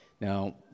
Now